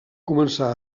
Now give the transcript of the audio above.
començar